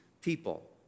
people